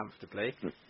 comfortably